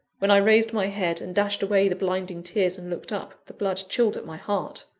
when i raised my head, and dashed away the blinding tears, and looked up, the blood chilled at my heart.